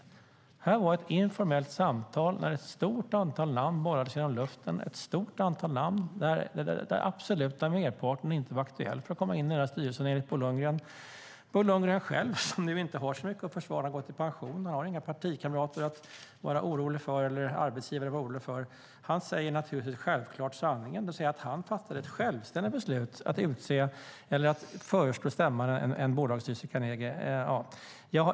Det här var ett informellt samtal där ett stort antal namn bollades genom luften - ett stort antal namn där den absoluta merparten enligt Bo Lundgren inte var aktuell för att komma in i styrelsen. Bo Lundgren själv, som nu inte har så mycket att försvara då han har gått i pension - han har inga partikamrater och ingen arbetsgivare att vara orolig för - säger självklart sanningen, det vill säga att han fattade ett självständigt beslut att utse eller föreslå stämman en bolagsstyrelse i Carnegie.